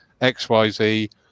XYZ